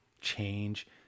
Change